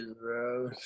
bro